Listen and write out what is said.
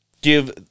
give